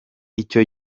icyo